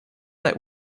that